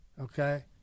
okay